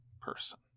person